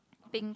pink